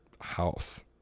house